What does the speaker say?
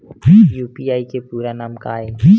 UPI के पूरा नाम का ये?